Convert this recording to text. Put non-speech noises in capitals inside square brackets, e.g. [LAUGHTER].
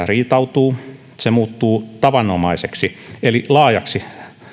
[UNINTELLIGIBLE] riitautuu se muuttuu tavanomaiseksi eli laajaksi